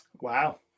Wow